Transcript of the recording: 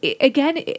Again